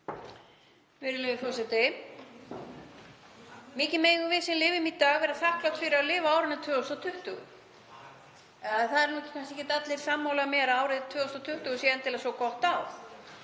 Virðulegi forseti. Mikið megum við sem lifum í dag vera þakklát fyrir að lifa á árinu 2020, en það eru kannski ekki allir sammála mér að árið 2020 sé endilega svo gott ár.